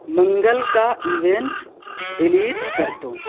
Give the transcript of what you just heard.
منگل کا event delete کر دو